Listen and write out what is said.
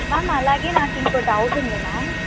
ma'am అలాగే నాకు ఇంకో డౌట్ ఉంది మామ్